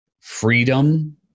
freedom